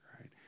Right